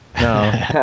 no